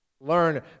learn